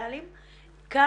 אני